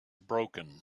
broken